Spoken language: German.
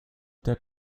der